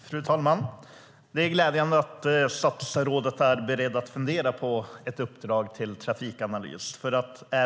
Fru talman! Det är glädjande att statsrådet är beredd att fundera på ett uppdrag till Trafikanalys.